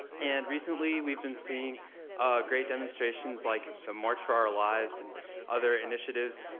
and recently, we've been seeing great demonstrations like the march for our lives, and other initiatives,